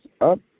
up